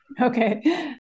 Okay